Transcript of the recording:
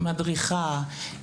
מדריכה,